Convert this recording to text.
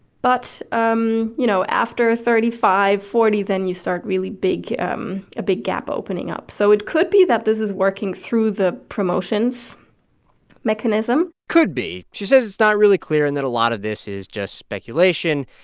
but, um you know, after thirty five, forty, then you start really big um a big gap opening up. so it could be that this is working through the promotions mechanism could be she says it's not really clear and that a lot of this is just speculation.